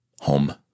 Home